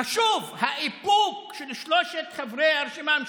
חשוב האיפוק של שלושת חברי הרשימה המשותפת,